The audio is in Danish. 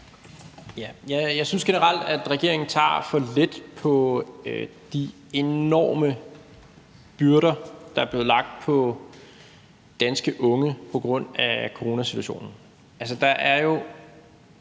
Jeg synes generelt, at regeringen tager for let på de enorme byrder, der er blevet lagt på danske unge på grund af coronasituationen.